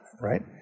Right